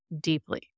deeply